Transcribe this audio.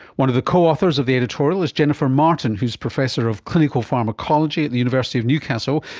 one of the co-authors of the editorial is jennifer martin, who is professor of clinical pharmacology at the university of newcastle,